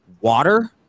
water